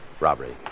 Robbery